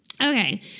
okay